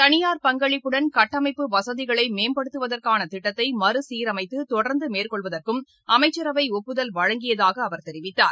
தனியார் பங்களிப்புடன் கட்டமைப்பு வசதிகளைமேம்படுத்துவதற்கானதிட்டத்தைமறுசீரமைத்தொடர்ந்துமேற்கொள்வதற்கும் அமைச்சரவை ஒப்புதல் வழங்கியதாகஅவர் தெரிவித்தார்